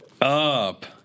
up